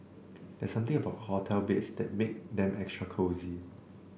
there's something about hotel beds that make them extra cosy